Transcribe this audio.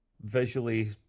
visually